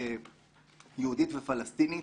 יהודית ופלסטינית,